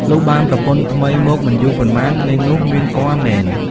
លុះបានប្រពន្ធថ្មីមកមិនយូរប៉ុន្មាន នាងនោះមានគភ៌មែន។